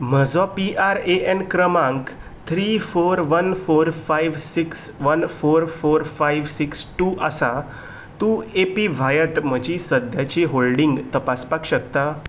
म्हजो P R A N क्रमांक three four one four five six one four four five six two आसा तूं app व्हायत म्हजी सद्याची होल्डिंग्स तपासपाक शकता